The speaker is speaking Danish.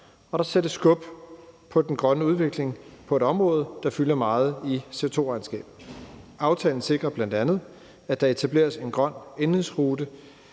og der sættes skub på den grønne udvikling på et område, der fylder meget i CO2-regnskabet. Aftalen sikrer bl.a., at der etableres en grøn indenrigsrute